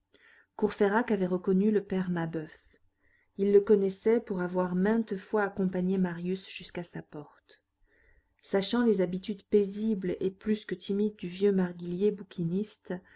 courfeyrac avait reconnu le père mabeuf il le connaissait pour avoir maintes fois accompagné marius jusqu'à sa porte sachant les habitudes paisibles et plus que timides du vieux marguillier bouquiniste